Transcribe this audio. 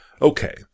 Okay